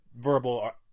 verbal –